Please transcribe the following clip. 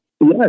Yes